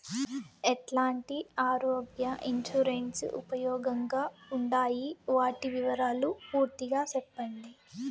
ఎట్లాంటి ఆరోగ్య ఇన్సూరెన్సు ఉపయోగం గా ఉండాయి వాటి వివరాలు పూర్తిగా సెప్పండి?